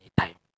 anytime